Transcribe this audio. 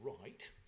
right